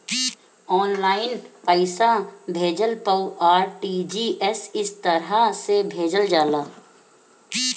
online पईसा भेजला पअ आर.टी.जी.एस तरह से भेजल जाला